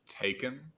taken